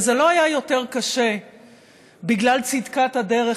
וזה לא היה יותר קשה בגלל צדקת הדרך.